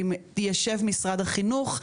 יושב משרד החינוך,